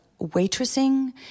waitressing